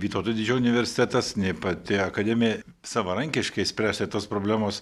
vytauto didžiojo universitetas nei pati akademija savarankiškai spręsti tos problemos